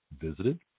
Visited